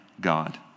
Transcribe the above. God